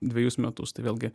dvejus metus tai vėlgi